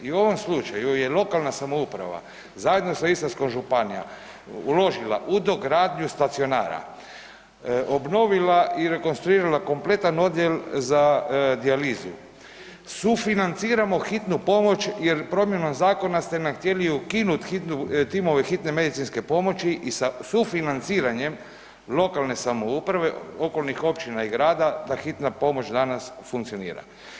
I u ovom slučaju je lokalna samouprava zajedno sa Istarskom županijom uložila u dogradnju stacionara, obnovila i rekonstruirala kompletan odjel za dijalizu, sufinanciramo Hitnu pomoć jer promjenama zakona ste nam htjeli ukinuti timove hitne medicinske pomoći sa sufinanciranjem lokalne samouprave, okolnih općina i grada ta hitna pomoć danas funkcionira.